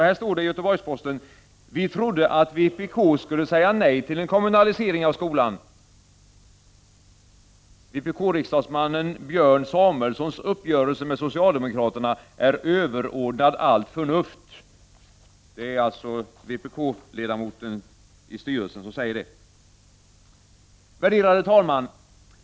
Han skriver att vi trodde att vpk skulle säga nej till en kommunalisering av skolan och att vpk-riksdagsmannen Björn Samuelsons uppgörelse med socialdemokraterna är överordnad allt förnuft. Värderade talman!